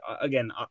again